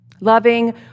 Loving